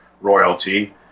royalty